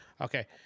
Okay